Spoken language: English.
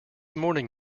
morning